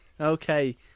Okay